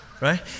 right